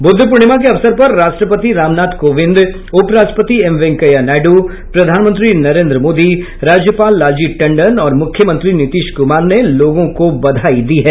बुद्ध पूर्णिमा के अवसर पर राष्ट्रपति रामनाथ कोविन्द उपराष्ट्रपति एम वैंकेया नायडू प्रधानमंत्री नरेंद्र मोदी राज्यपाल लालजी टंडन और मुख्यमंत्री नीतीश कुमार ने लोगों को बधाई दी है